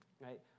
right